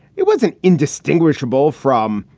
it was an indistinguishable from,